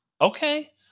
Okay